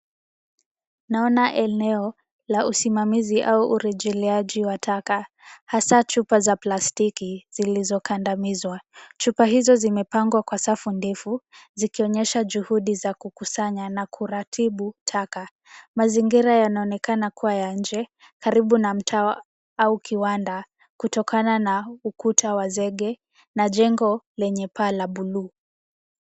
Naona eneo la usimamizi au urejeleaji wa taka hasa chupa za plastiki zilizokandamizwa. Chupa hizo zimepangwa kwa safu ndefu zikionyesha juhudi za kukusanya na kuratibu taka. Mazingira yanaonekana kuwa ya nje karibu na mtaa au kiwanda kutokana na ukuta wa zege na jengo lenye paa la buluu.